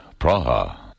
Praha